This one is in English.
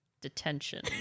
detention